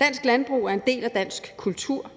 Dansk landbrug er en del af dansk kultur,